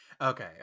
Okay